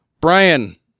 Brian